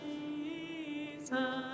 jesus